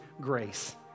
grace